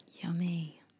Yummy